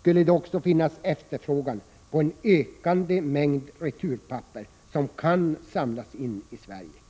skulle det också finnas efterfrågan på den ökande mängd returpapper som kan samlas in i Sverige.